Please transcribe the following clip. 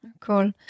Cool